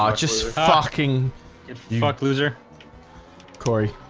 um just fucking luck loser cory